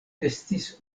estis